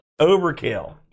Overkill